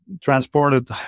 transported